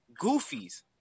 goofies